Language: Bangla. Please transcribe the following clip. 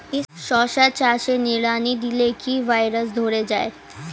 শশা চাষে নিড়ানি দিলে কি ভাইরাস ধরে যায়?